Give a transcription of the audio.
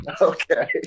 okay